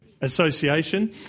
association